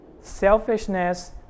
Selfishness